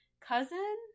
cousin